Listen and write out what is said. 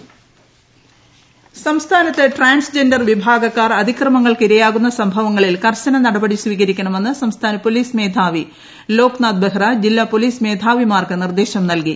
ടടടടടടട DGP സംസ്ഥാനത്ത് transgender വിഭാഗക്കാർ അതിക്രമങ്ങൾക്ക് ഇരയാകുന്ന സംഭവങ്ങളിൽ കർശന നടപടി സ്വീകരിക്കണമെന്ന് സംസ്ഥാന പോലീസ് മേധാവി ലോക്നാഥ് ബെഹറ ജില്ലാ പോലീസ് മേധാവിമാർക്ക് നിർദ്ദേശം നൽകി